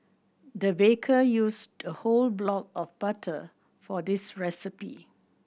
the baker used a whole block of butter for this recipe